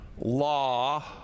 Law